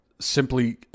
simply